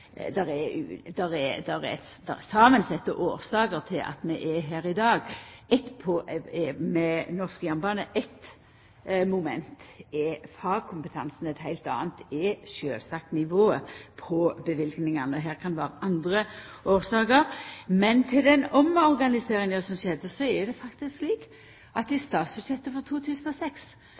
er samansette årsaker til at vi er der vi er i dag når det gjeld norsk jernbane. Eitt moment er fagkompetansen, eit heilt anna er sjølvsagt nivået på løyvingane. Det kan vera andre årsaker. Men når det gjeld den omorganiseringa som skjedde, er det faktisk slik at i statsbudsjettet for 2006